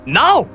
now